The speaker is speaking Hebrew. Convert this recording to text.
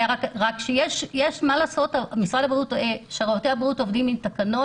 רק שמשרד הבריאות עובדים עם תקנות.